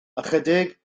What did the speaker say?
ychydig